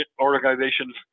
organizations